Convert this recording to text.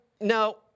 No